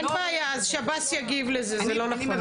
אין בעיה, השב"ס יגיב לזה, זה לא נכון.